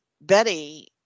betty